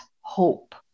hope